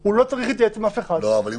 על זה בלי להתייעץ עם אף אחד --- אבל אם